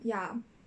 ya